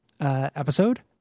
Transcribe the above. episode